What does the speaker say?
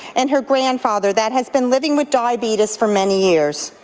and her grandfather that has been living with diabetes for many years.